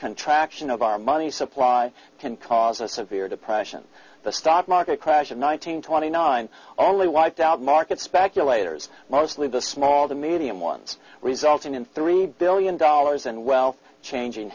contraction of our money supply can cause a severe depression the stock market crash in one nine hundred twenty nine only wiped out market speculators mostly the small to medium ones resulting in three billion dollars in wealth changing